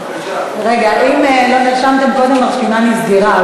רגע, אם לא נרשמתם קודם, הרשימה נסגרה.